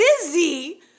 busy